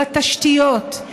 בתשתיות.